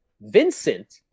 Vincent